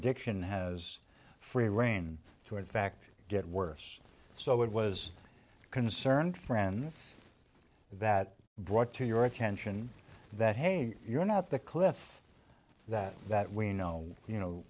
addiction has free reign to in fact get worse so it was concerned friends that brought to your attention that hey you're not the cliff that that we know you